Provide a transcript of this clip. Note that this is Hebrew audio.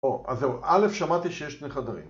‫או אז זהו, א', שמעתי שיש שני חדרים.